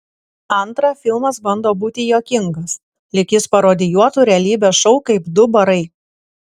antra filmas bando būti juokingas lyg jis parodijuotų realybės šou kaip du barai